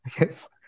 Yes